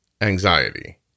anxiety